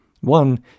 One